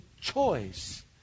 choice